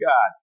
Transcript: God